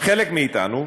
חלק מאתנו,